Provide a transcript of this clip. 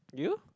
you